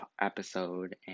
episode